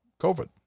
COVID